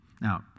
Now